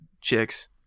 chicks